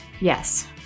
yes